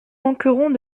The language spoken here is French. manqueront